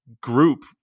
group